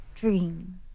dream